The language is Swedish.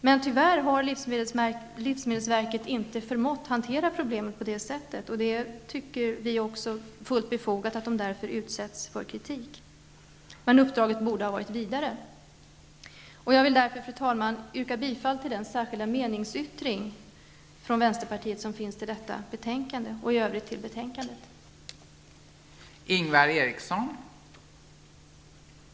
Men tyvärr har livsmedelsverket inte förmått hantera problemet på det sättet, och vi tycker att det är fullt befogat att livsmedelsverket därför utsätts för kritik. Men uppdraget borde ha varit vidare. Fru talman! Jag vill yrka bifall till den särskilda meningsyttring från vänsterpartiet som fogats till detta betänkande. I övrigt yrkar jag bifall till utskottets hemställan.